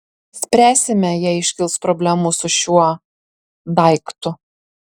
spręsime jei iškils problemų su šiuo daiktu